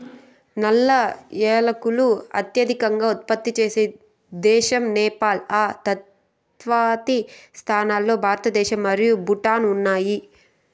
నల్ల ఏలకులు అత్యధికంగా ఉత్పత్తి చేసే దేశం నేపాల్, ఆ తర్వాతి స్థానాల్లో భారతదేశం మరియు భూటాన్ ఉన్నాయి